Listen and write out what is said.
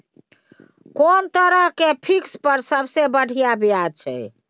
कोन तरह के फिक्स पर सबसे बढ़िया ब्याज छै?